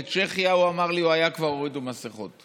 בצ'כיה, הוא אמר לי, הוא היה וכבר הורידו מסכות.